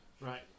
Right